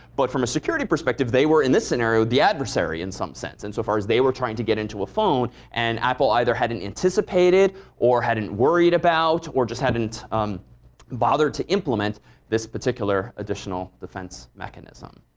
but from a security perspective they were in this scenario the adversary in some sense insofar as they were trying to get into a phone and apple either hadn't anticipated or hadn't worried about or just hadn't bothered to implement this particular additional defence mechanism.